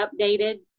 updated